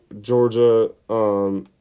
Georgia –